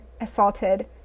assaulted